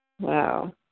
Wow